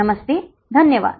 नमस्ते धन्यवाद